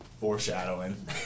foreshadowing